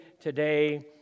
today